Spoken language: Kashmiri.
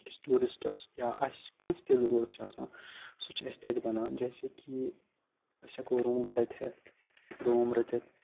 أکِس ٹوٗرِسٹَس یا اَسہِ کٲنٛسہِ تہِ ضٔروٗرَتھ چھِ آسان سُہ چھِ اَسہِ تَتہِ بنان جیسے کہِ أسۍ ہٮ۪کو روٗم تَتہِ ہٮ۪تھ روٗم رٔٹِتھ